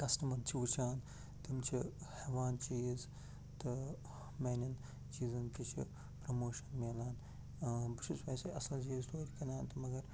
customer چھِ وُچھان تم چھِ ہٮ۪وان چیٖز تہٕ میانیٚن چیٖزَن تہِ چھِ پرموشَن ملان بہٕ چھُس ویسے اَصٕل چیٖز تۄتہِ کٕنان مگر